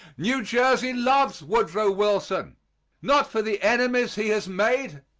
new jersey loves woodrow wilson not for the enemies he has made.